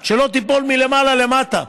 שלא תיפול מלמעלה למטה.